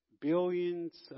Billions